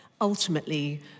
ultimately